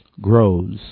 grows